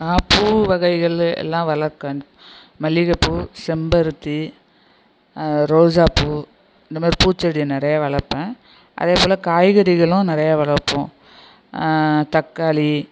நான் பூ வகைகள் எல்லாம் வளர்க்குறேன் மல்லிகைப்பூ செம்பருத்தி ரோஜாப்பூ இந்தமாதிரி பூச்செடி நிறையா வளர்ப்பேன் அதேப்போல் காய்கறிகளும் நிறையா வளர்ப்போம் தக்காளி